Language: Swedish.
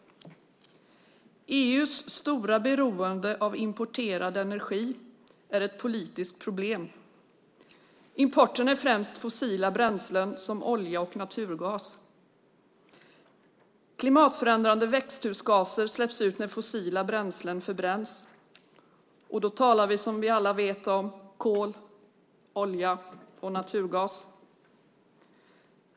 EU:s stora beroende av importerad energi är ett politiskt problem. Importen består främst av fossila bränslen som olja och naturgas. Klimatförändrande växthusgaser släpps ut när fossila bränslen förbränns, och då talar vi som alla vet om kol, olja och naturgas.